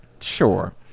Sure